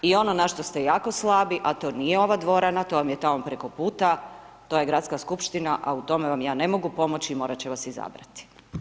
I ono na što ste jako slabi, a to nije ova dvorana, to vam je tamo preko puta, to je gradska skupština, a u tome vam ja ne mogu pomoći, morati će vas izabrati.